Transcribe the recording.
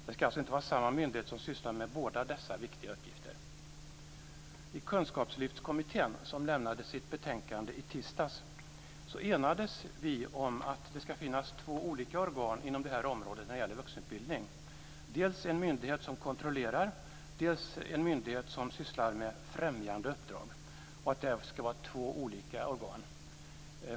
Det ska alltså inte vara samma myndighet som sysslar med båda dessa viktiga uppgifter. I Kunskapslyftskommittén, som lämnade sitt betänkande i tisdags, enades vi om att det ska finnas två olika organ inom det här området när det gäller vuxenutbildning, dels en myndighet som kontrollerar, dels en myndighet som sysslar med främjande uppdrag. Det ska alltså vara två olika organ.